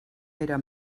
era